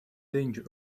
danger